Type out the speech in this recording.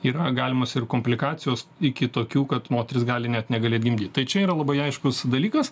yra galimos ir komplikacijos iki tokių kad moteris gali net negalėt gimdyt tai čia yra labai aiškus dalykas